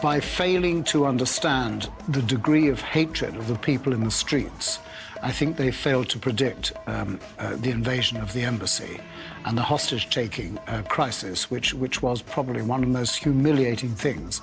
by failing to understand the degree of hatred of the people in the streets i think they failed to predict the invasion of the embassy and the hostage taking crisis which which was probably one of the most humiliating things